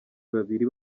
babiri